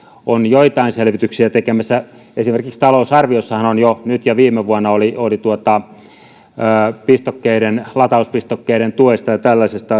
on joitain selvityksiä tekemässä esimerkiksi talousarviossahan on jo nyt ja oli viime vuonna latauspistokkeiden latauspistokkeiden tuesta ja tällaisista